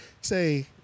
say